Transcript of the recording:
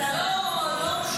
אתה לא שומע,